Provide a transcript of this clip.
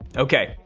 ok,